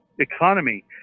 economy